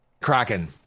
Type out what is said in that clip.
Kraken